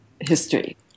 history